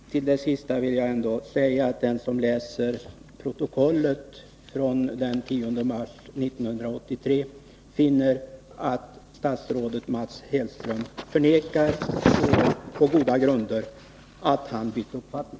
Fru talman! Till det senaste vill jag säga att den som läser protokollet från den 10 mars 1983 finner att statsrådet Mats Hellström förnekar — på goda grunder — att han bytt uppfattning.